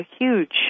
huge